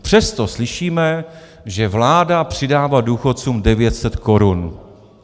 Přesto slyšíme, že vláda přidává důchodcům 900 korun.